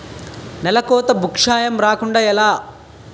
నేలకోత భూక్షయం రాకుండ ఎలా?